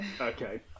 Okay